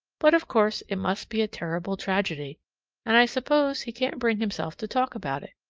but of course it must be a terrible tragedy and i suppose he can't bring himself to talk about it.